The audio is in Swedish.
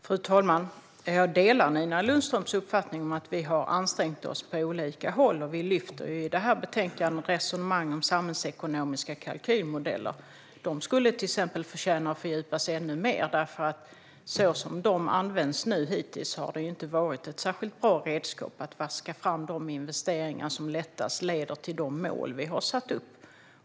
Fru talman! Jag håller med om Nina Lundströms uppfattning om att vi har ansträngt oss på olika håll. I det här betänkandet lyfter vi fram resonemang om samhällsekonomiska kalkylmodeller. De skulle till exempel förtjäna att vi fördjupar oss ännu mer i dem. Så som de har använts hittills har de nämligen inte varit ett speciellt bra redskap för att vaska fram de investeringar som lättast leder till de mål vi har satt upp.